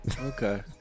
Okay